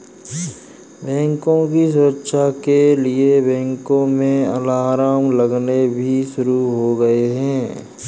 बैंकों की सुरक्षा के लिए बैंकों में अलार्म लगने भी शुरू हो गए हैं